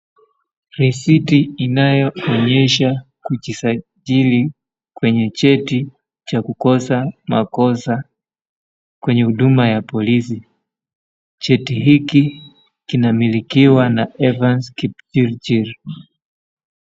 Risiti inayoonyesha kujisajili kwenye cheti cha kukosa makosa kwenye huduma ya polisi cheti hiki kinamilikiwa na Evans Kipchirchir.